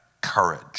courage